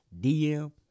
DM